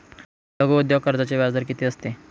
लघु उद्योग कर्जाचे व्याजदर किती असते?